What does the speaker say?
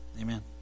Amen